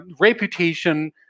reputation